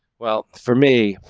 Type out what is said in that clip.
well, for me,